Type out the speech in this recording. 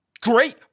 great